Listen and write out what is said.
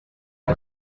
out